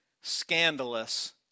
scandalous